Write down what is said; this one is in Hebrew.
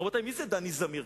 רבותי, מי זה דני זמיר?